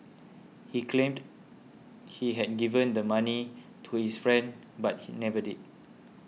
he claimed he had given the money to his friend but he never did